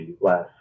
last